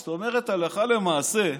זאת אומרת, הלכה למעשה,